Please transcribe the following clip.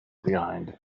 behind